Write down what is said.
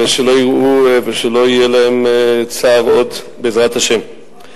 ולא יהיה להם צער עוד, בעזרת השם.